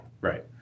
Right